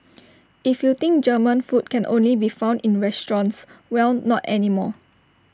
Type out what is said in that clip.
if you think German food can only be found in restaurants well not anymore